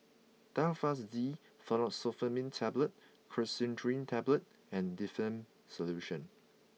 Telfast D Fexofenadine Tablets Cetirizine Tablets and Difflam Solution